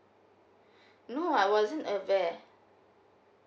no I wasn't aware